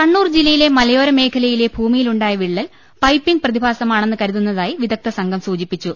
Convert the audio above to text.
കണ്ണൂർ ജില്ലയിലെ മലയോര മേഖലയിലെ ഭൂമിയിലുണ്ടായ വിള്ളൽ പൈപ്പിംഗ് പ്രതിഭാസമാണെന്ന് കരുതുന്നതായി വിദഗ്ധ സംഘം സൂചിപ്പിച്ചു